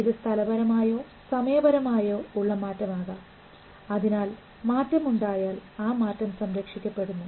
ഇത് സ്ഥലപരമായ സമയപരമായ ഉള്ള മാറ്റം ആകാം അതിനാൽ മാറ്റമുണ്ടായാൽ ആ മാറ്റം സംരക്ഷിക്കപ്പെടുന്നു